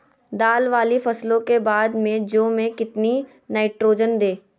दाल वाली फसलों के बाद में जौ में कितनी नाइट्रोजन दें?